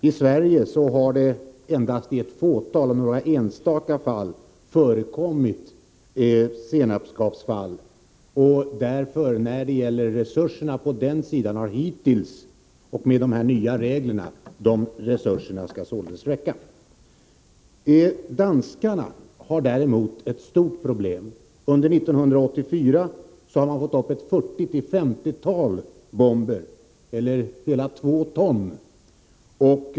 Herr talman! I Sverige har endast några enstaka fall av senapsgasbomber förekommit. Resurserna har hittills räckt och kommer med de nya reglerna även i fortsättningen att räcka. Danskarna har däremot ett stort problem. Under 1984 har man fått upp 40-50 bomber, eller hela två ton.